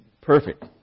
perfect